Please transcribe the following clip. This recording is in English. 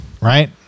right